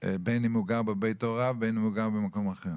בין אם הוא גר בבית הוריו ובין אם הוא גר במקום אחר?